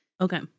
Okay